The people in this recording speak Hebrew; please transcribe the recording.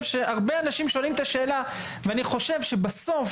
שהרבה אנשים שואלים את השאלה ואני חושב שבסוף,